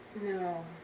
No